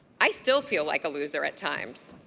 i still feel like a loser at times.